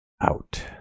Out